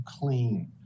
clean